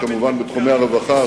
וכמובן בתחומי הרווחה,